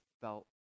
felt